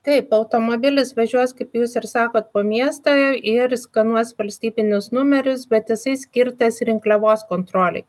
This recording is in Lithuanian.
taip automobilis važiuos kaip jūs ir sakot po miestą ir skanuos valstybinius numerius bet jisai skirtas rinkliavos kontrolei